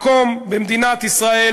מקום במדינת ישראל,